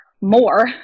more